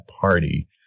party